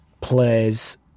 plays